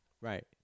Right